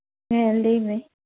ᱦᱮᱸ ᱞᱟᱹᱭᱢᱮ